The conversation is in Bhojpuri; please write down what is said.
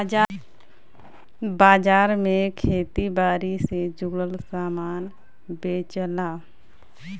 बाजार में खेती बारी से जुड़ल सामान बेचला